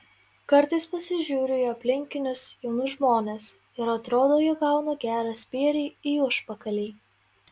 kartais pasižiūriu į aplinkinius jaunus žmones ir atrodo jog gaunu gerą spyrį į užpakalį